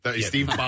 Steve